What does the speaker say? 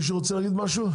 מישהו רוצה להגיד משהו?